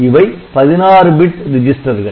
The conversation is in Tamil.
இவை 16 பிட் ரிஜிஸ்டர்கள்